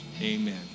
Amen